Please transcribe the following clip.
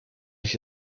ich